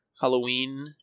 Halloween